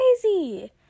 crazy